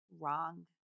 wrong